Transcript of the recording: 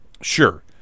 Sure